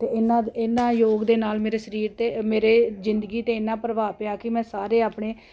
ਅਤੇ ਇਹਨਾਂ ਇਹਨਾਂ ਯੋਗ ਦੇ ਨਾਲ ਮੇਰੇ ਸਰੀਰ ਅਤੇ ਮੇਰੇ ਜ਼ਿੰਦਗੀ 'ਤੇ ਇੰਨਾ ਪ੍ਰਭਾਵ ਪਿਆ ਕਿ ਮੈਂ ਸਾਰੇ ਆਪਣੇ